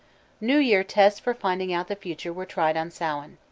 new year tests for finding out the future were tried on sauin.